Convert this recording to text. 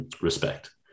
respect